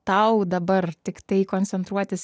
tau dabar tiktai koncentruotis